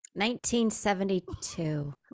1972